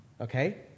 Okay